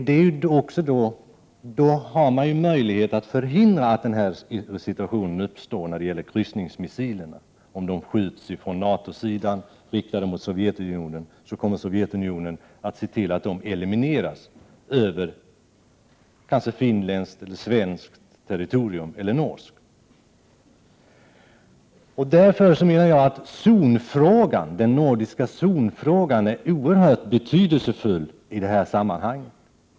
Då har man möjlighet att förhindra att en sådan situation som Akolov varnade för kan uppstå, dvs. att om kryssningsmissiler skjuts fftån NATO-sidan mot Sovjetunionen, så kommer Sovjetunionen att se till att dessa elimineras över kanske finländskt, svenskt eller norskt territorium. Därför menar jag att den nordiska zonfrågan är oerhört betydelsefull i detta sammanhang.